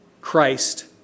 Christ